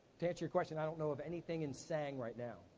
to answer your question, i don't know of anything in sang right now.